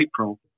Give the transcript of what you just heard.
April